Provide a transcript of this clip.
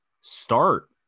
start